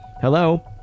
Hello